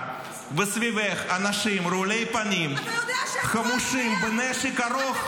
וסביבך אנשים רעולי פנים -- אתה יודעת שהם כוח 100?